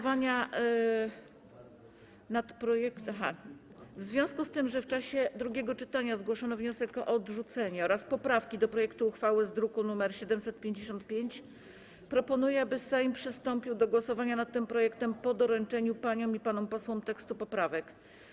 W związku z tym, że w czasie drugiego czytania zgłoszono wniosek o odrzucenie oraz poprawkę do projektu uchwały z druku nr 755, proponuję, aby Sejm przystąpił do głosowania nad tym projektem po doręczeniu paniom i panom posłom tekstu poprawek.